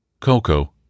Coco